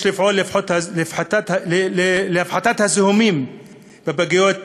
יש לפעול להפחתת הזיהומים בפגיות,